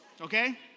Okay